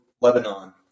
Lebanon